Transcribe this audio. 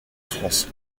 france